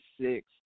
six